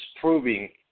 proving